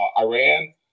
Iran